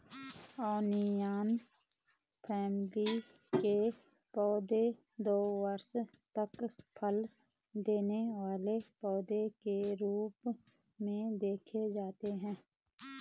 onion family के पौधे दो वर्ष तक फल देने वाले पौधे के रूप में देखे जाते हैं